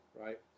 right